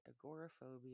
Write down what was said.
agoraphobia